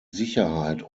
sicherheit